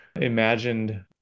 imagined